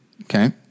Okay